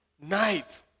night